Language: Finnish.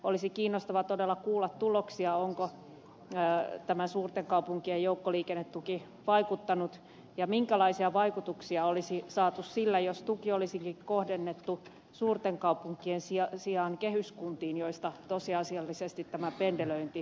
olisi kiinnostavaa todella kuulla tuloksia onko tämä suurten kaupunkien joukkoliikennetuki vaikuttanut ja minkälaisia vaikutuksia olisi saatu sillä jos tuki olisikin kohdennettu suurten kaupunkien sijaan kehyskuntiin joista tosiasiallisesti tämä pendelöinti tapahtuu